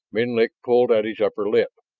menlik pulled at his upper lip.